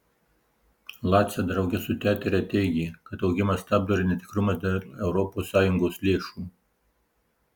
lace drauge su tetere teigė kad augimą stabdo ir netikrumas dėl europos sąjungos lėšų